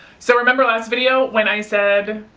so remember last video when i said,